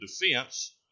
Defense